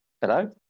Hello